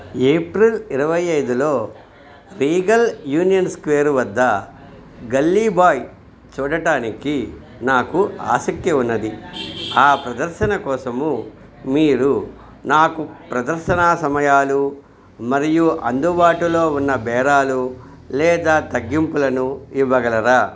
April ఇరవై ఐదులో Regal Union Square వద్ద గల్లీ బాయ్ చూడటానికి నాకు ఆసక్తి ఉన్నది ఆ ప్రదర్శన కోసము మీరు నాకు ప్రదర్శనా సమయాలు మరియు అందుబాటులో ఉన్న బేరాలు లేదా తగ్గింపులను ఇవ్వగలరా